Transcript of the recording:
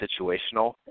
situational